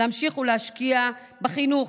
להמשיך ולהשקיע בחינוך,